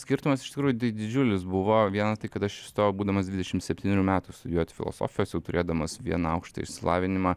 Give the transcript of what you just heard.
skirtumas iš tiktųjų tai didžiulis buvo viena tai kad aš įstojau būdamas dvidešim septynerių metų studijuoti filosofijos jau turėdamas vieną aukštąjį išsilavinimą